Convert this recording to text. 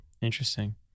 interesting